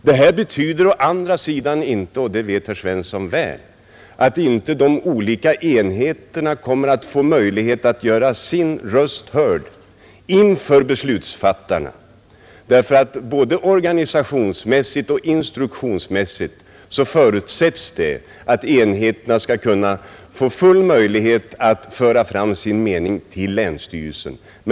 Det här betyder å andra sidan inte — och det vet herr Svensson väl — att inte de olika enheterna kommer att få tillfälle att göra sin röst hörd inför beslutsfattarna. Både organisationsmässigt och instruktionsmässigt förutsätts det att enheterna skall kunna få full möjlighet att föra fram sin mening till länsstyrelsen.